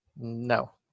No